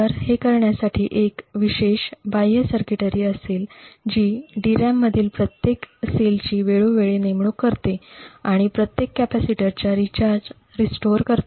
तर हे करण्यासाठी एक विशेष बाह्य सर्किटरी असेल जी DRAM मधील प्रत्येक पेशीची वेळोवेळी नेमणूक करते आणि त्यामुळे कॅपेसिटरच्या रीचार्ज पुनर्संचयित करते